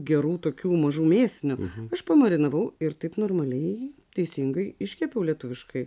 gerų tokių mažų mėsinių aš pamarinavau ir taip normaliai teisingai iškepiau lietuviškai